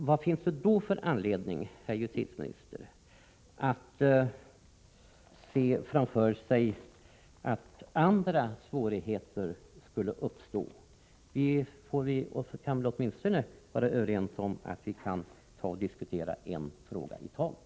Vad finns det då för anledning, herr justitieminister, att se framför sig att andra svårigheter skulle uppstå? Vi kan väl åtminstone vara överens om att diskutera en fråga i taget.